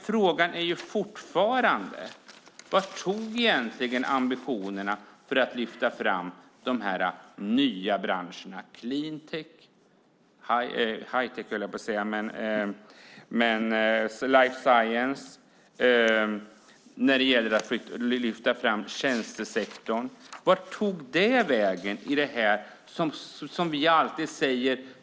Frågan är fortfarande: Vart tog egentligen ambitionerna för att lyfta fram de nya branscherna cleantech och life science vägen? Och vad hände när det gäller att lyfta fram tjänstesektorn? Vart tog det vägen?